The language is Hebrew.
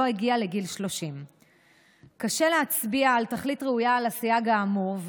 הגיע לגיל 30. קשה להצביע על תכלית ראויה לסייג האמור,